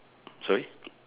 sorry